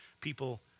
people